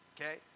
Okay